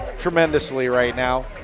tremendously right now.